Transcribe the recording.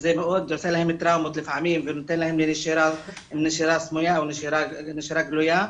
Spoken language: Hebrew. שזה עושה להם טראומות לפעמים וגורם להם לנשירה סמויה או נשירה גלויה.